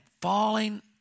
falling